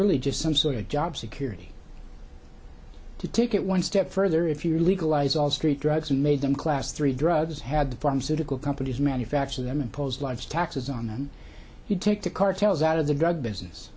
really just some sort of job security to take it one step further if you legalize all street drugs made them class three drugs had the pharmaceutical companies manufacture them impose life taxes on them you take the cartels out of the drug business